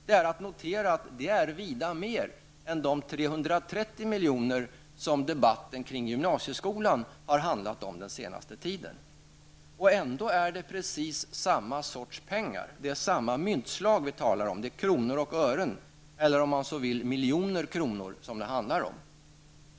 Det är att notera att detta är vida mer än de 330 milj.kr. som debatten kring gymnasieskolan har handlat om den senaste tiden. Ändå är det fråga om precis samma sorts pengar. Det är samma myntslag vi talar om, kronor och ören, eller om man så vill miljoner kronor.